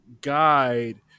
guide